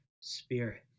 Spirit